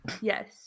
yes